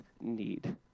need